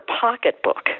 pocketbook